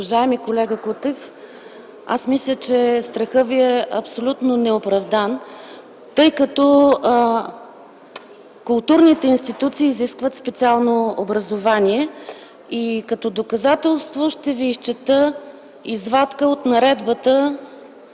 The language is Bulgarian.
Уважаеми колега Кутев, аз мисля, че страхът Ви е абсолютно неоправдан, тъй като културните институции изискват специално образование. Като доказателство ще Ви изчета извадка от наредбата,